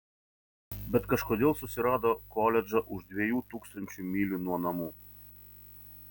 bet kažkodėl susirado koledžą už dviejų tūkstančių mylių nuo namų